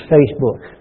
Facebook